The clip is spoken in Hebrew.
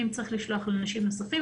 אם צריך לשלוח לאנשים נוספים,